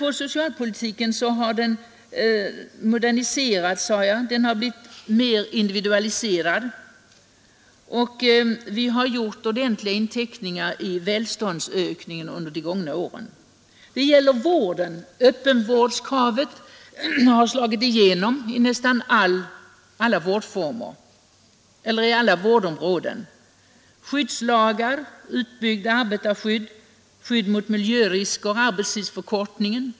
Socialpolitiken har moderniserats, den har blivit mer individualiserad, och vi har gjort ordentliga inteckningar i välståndsökningen under de gångna åren. Det gäller vården — öppenvårdskravet har slagit igenom på nästan alla vårdområden. Det gäller skyddslagar — utbyggt arbetarskydd, skydd mot miljörisk, arbetstidsförkortningen.